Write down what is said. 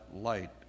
light